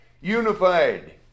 unified